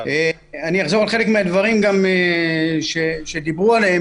אני אחזור על חלק מהדברים שדיברו עליהם,